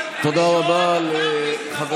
תודה רבה לחבר